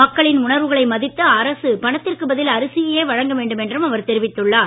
மக்களின் உணர்வுகளை மதித்து அரசு பணத்திற்கு பதில் அரிசியையே வழங்க வேண்டும் என்றும் அவர் தெரிவித்துள்ளார்